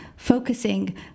focusing